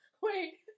Wait